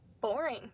boring